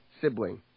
sibling